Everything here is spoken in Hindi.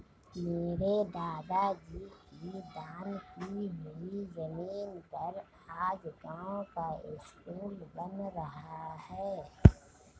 मेरे दादाजी की दान की हुई जमीन पर आज गांव का स्कूल बन रहा है